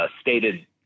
stated